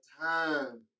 time